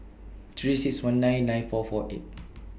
three six one nine nine four four eight